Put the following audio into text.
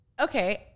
okay